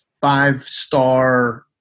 five-star